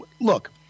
look